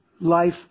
life